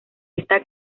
esta